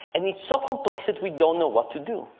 and it's so complex that we don't know what to do.